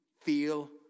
feel